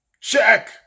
check